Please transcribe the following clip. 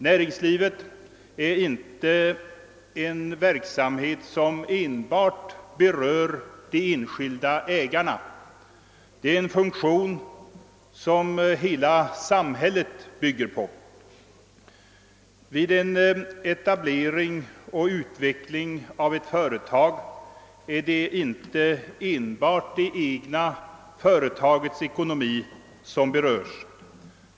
Näringslivet är inte en verksamhet som enbart berör de enskilda ägarna. Det är en funktion som hela samhället bygger på. Vid etablering och utveckling av ett företag är det inte enbart det egna företagets ekonomi som berörs.